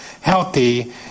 healthy